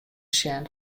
sjen